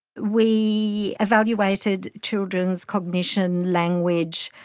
we evaluated children's cognition, language,